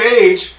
age